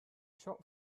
shop